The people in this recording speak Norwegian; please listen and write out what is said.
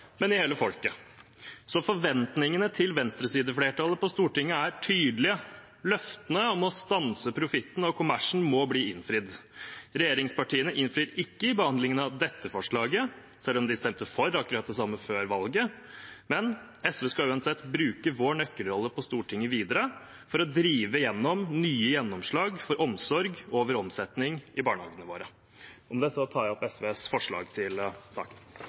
men i hele folket. Så forventningene til venstresideflertallet på Stortinget er tydelige: Løftene om å stanse profitten og kommersen må bli innfridd. Regjeringspartiene innfrir ikke i behandlingen av dette forslaget, selv om de stemte for akkurat det samme før valget. Men vi i SV skal uansett bruke vår nøkkelrolle på Stortinget videre for å drive gjennom nye gjennomslag for omsorg over omsetning i barnehagene våre. Med det tar jeg opp SVs forslag i saken.